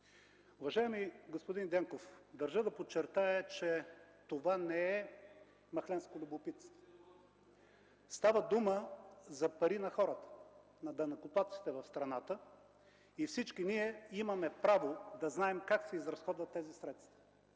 Уважаеми господин Дянков, държа да подчертая, че това не е махленско любопитство. Става дума за парите на хората, на данъкоплатците на страната и всички ние имаме право да знаем как се изразходват тези средства,